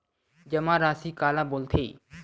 जमा राशि काला बोलथे?